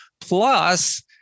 plus